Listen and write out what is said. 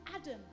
Adam